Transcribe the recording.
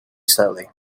slowly